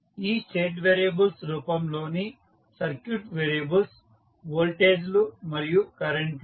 ఈ state variables రూపంలోని circuit variables voltage లు మరియు కరెంట్లు